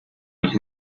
nos